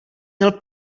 měl